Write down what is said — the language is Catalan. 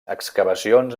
excavacions